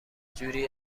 جوری